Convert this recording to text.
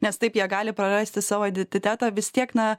nes taip jie gali prarasti savo identitetą vis tiek na